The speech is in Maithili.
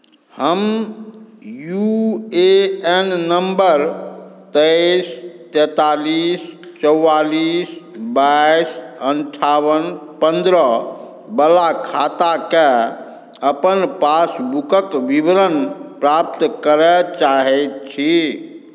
हम यू ए एन नंबर तेइस तैंतालीस चौवालीस बाइस अन्ठावन पन्द्रह बला खाताके अपन पासबुकक विवरण प्राप्त करय चाहैत छी